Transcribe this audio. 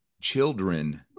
children